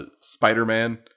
Spider-Man